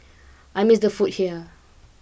I miss the food here